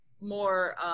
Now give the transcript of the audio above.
more